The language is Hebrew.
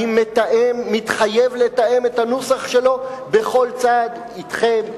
אני מתחייב לתאם את הנוסח שלו בכל צעד אתכם,